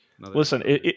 Listen